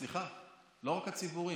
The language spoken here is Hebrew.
סליחה, לא רק הציבוריים.